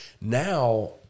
now